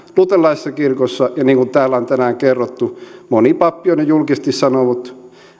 luterilaisessa kirkossa ja niin kuin täällä on tänään kerrottu moni pappi on jo julkisesti sanonut